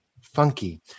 funky